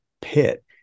pit